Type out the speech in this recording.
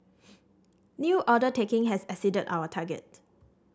new order taking has exceeded our target